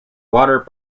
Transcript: water